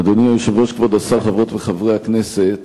אדוני היושב-ראש, כבוד השר, חברות וחברי הכנסת,